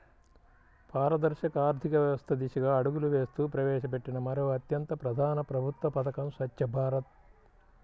పారదర్శక ఆర్థిక వ్యవస్థ దిశగా అడుగులు వేస్తూ ప్రవేశపెట్టిన మరో అత్యంత ప్రధాన ప్రభుత్వ పథకం స్వఛ్చ భారత్